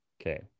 Okay